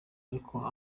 ariko